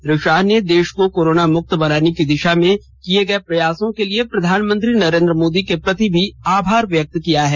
श्री शाह ने देश को कोरोना मुक्त बनाने की दिशा में किये गये प्रयासों के लिए प्रधानमंत्री नरेन्द्र मोदी के प्रति भी आभार प्रकट किया है